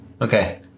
Okay